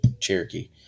Cherokee